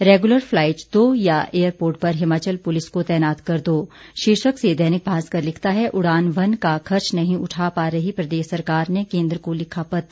regular flight दो या airport पर हिमाचल पुलिस को तैनात कर दो शीर्षक से दैनिक भास्कर लिखता है उड़ान वन का खर्च नहीं उठा पा रही प्रदेश सरकार ने केन्द्र को लिखा पत्र